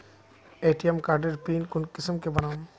ATM कार्डेर PIN कुंसम के बनाम?